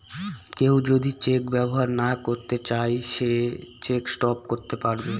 কেউ যদি চেক ব্যবহার না করতে চাই সে চেক স্টপ করতে পারবে